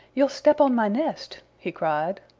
you'll step on my nest! he cried.